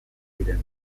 ziren